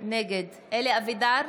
נגד אלי אבידר,